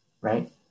right